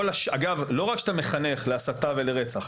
לא רק שאתה מחנך להסתה ולרצח,